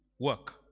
Work